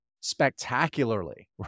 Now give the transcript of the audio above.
spectacularly